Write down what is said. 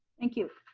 thank you.